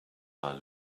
are